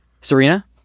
Serena